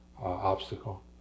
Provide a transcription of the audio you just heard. obstacle